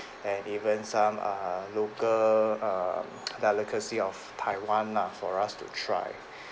and even some uh local um delicacy of Taiwan lah for us to try